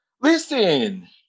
Listen